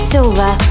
Silver